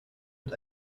mit